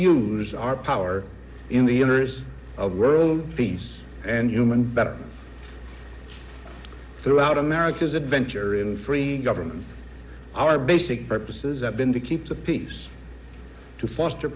use our power in the interests of world peace and human but throughout america's adventure in free government our basic purposes that been to keep the peace to foster